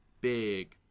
big